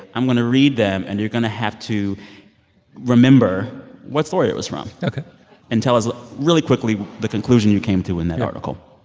i'm going to read them, and you're going to have to remember what story it was from ok and tell us really quickly the conclusion you came to in that article.